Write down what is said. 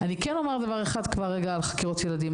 אני כן אומר דבר אחד על חקירות ילדים.